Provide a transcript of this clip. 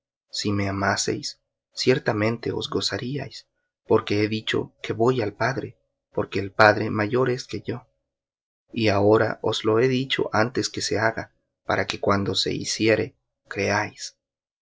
si me amaseis ciertamente os gozaríais porque he dicho que voy al padre porque el padre mayor es que yo y ahora os lo he dicho antes que se haga para que cuando se hiciere creáis